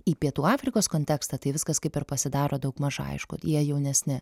į pietų afrikos kontekstą tai viskas kaip ir pasidaro daugmaž aišku jie jaunesni